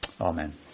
Amen